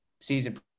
season